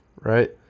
right